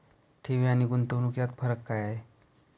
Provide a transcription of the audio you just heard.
ठेवी आणि गुंतवणूक यात फरक काय आहे?